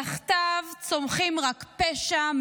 תחתיו צומחים רק פשע,